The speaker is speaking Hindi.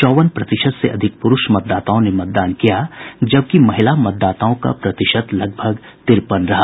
चौवन प्रतिशत से अधिक पुरूष मतदाताओं ने मतदान किया जबकि महिला मतदाताओं का प्रतिशत लगभग तिरपन रहा